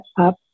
up